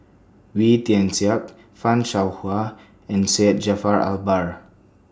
Wee Tian Siak fan Shao Hua and Syed Jaafar Albar